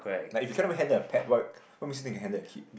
like if you cannot even handle a pet what what makes you think you can handle a kid